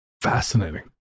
Fascinating